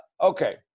Okay